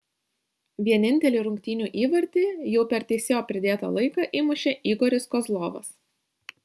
vienintelį rungtynių įvartį jau per teisėjo pridėtą laiką įmušė igoris kozlovas